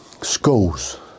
Schools